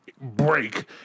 break